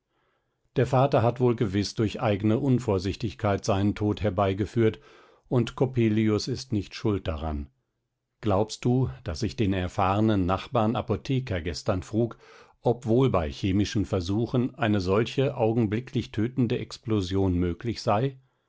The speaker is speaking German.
der vater hat wohl gewiß durch eigne unvorsichtigkeit seinen tod herbeigeführt und coppelius ist nicht schuld daran glaubst du daß ich den erfahrnen nachbar apotheker gestern frug ob wohl bei chemischen versuchen eine solche augenblicklich tötende explosion möglich sei